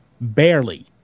Barely